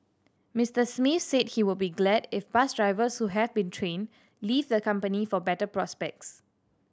Mister Smith said he would be glad if bus drivers who have been trained leave the company for better prospects